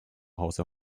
hause